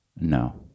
No